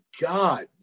God